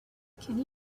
can